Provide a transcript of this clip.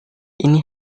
ini